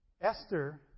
Esther